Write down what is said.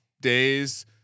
days